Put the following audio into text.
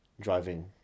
driving